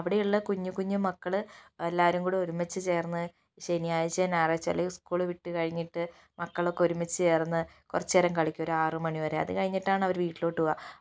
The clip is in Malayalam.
അവിടെയുള്ള കുഞ്ഞുകുഞ്ഞു മക്കള് എല്ലാവരും കൂടെ ഒരുമിച്ച് ചേർന്ന് ശനിയാഴ്ചയും ഞായറാഴ്ചയും അല്ലേല് സ്കൂൾ വിട്ടു കഴിഞ്ഞിട്ട് മക്കളൊക്കെ ഒരുമിച്ച് ചേർന്ന് കുറച്ച്നേരം കളിക്കും ഒരാറുമണി വരെ അത് കഴിഞ്ഞിട്ടാണ് അവര് വീട്ടിലോട്ട് പോകുക